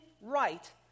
right